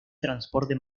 transporte